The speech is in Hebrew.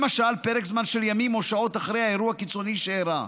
למשל פרק זמן של ימים או שעות אחרי אירוע קיצוני שאירע.